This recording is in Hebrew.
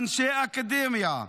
אנשי אקדמיה,